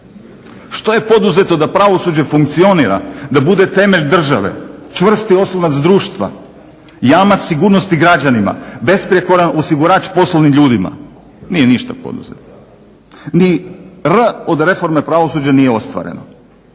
Što je poduzeto da pravosuđe funkcionira, da bude temelj države, čvrsti oslonac društva, jamac sigurnosti građanima, besprijekoran osigurač poslovnim ljudima. Nije ništa poduzeto, ni R od reforme pravosuđa nije ostvareno.